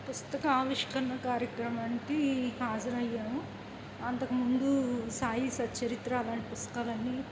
పుస్తక ఆవిష్కరణ కార్యక్రమానికి హాజరు అయ్యాము అంతకుముందు సాయి సచ్చరిత్ర అలాంటి పుస్తకాలు అన్నీ